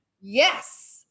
Yes